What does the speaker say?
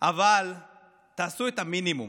אבל תעשו את המינימום,